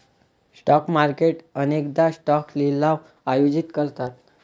stock market अनेकदा stock लिलाव आयोजित करतात